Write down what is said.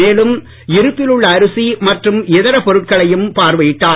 மேலும் இருப்பிலுள்ள அரிசி மற்றும் இதர பொருட்களையும் பார்வையிட்டார்